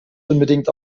unbedingt